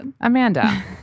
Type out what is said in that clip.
Amanda